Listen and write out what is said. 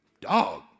Dog